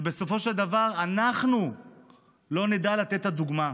ובסופו של דבר אנחנו לא נדע לתת את הדוגמה.